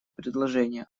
предложения